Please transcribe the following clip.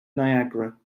niagara